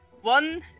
One